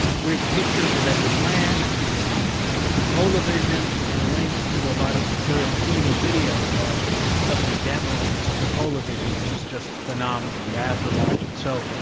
great pictures of edwin land and the the polavision, and links to a lot of material including a video of someone demoing the polavision which is just phenomenal. you have to watch it. so,